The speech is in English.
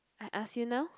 I ask you now